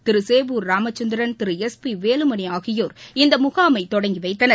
திரு Sevur Ramachandran Thiru S P Velumani ஆகியோர் இந்த முகாமைத் தொடங்கி வைத்தனர்